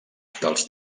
dels